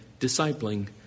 discipling